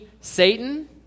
Satan